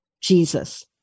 Jesus